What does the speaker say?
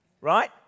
Right